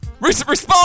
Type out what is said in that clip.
Respond